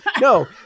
No